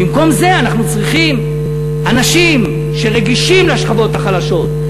במקום זה אנחנו צריכים אנשים שרגישים לשכבות החלשות,